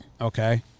Okay